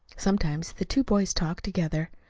sometimes the two boys talked together.